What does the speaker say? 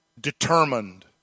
Determined